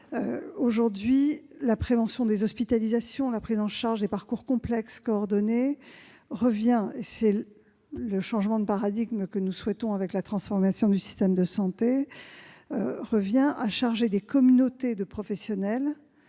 Aujourd'hui, la prévention des hospitalisations et la prise en charge des parcours complexes coordonnés reviennent- c'est le changement de paradigme que nous souhaitons opérer avec la transformation du système de santé -à charger des communautés de professionnels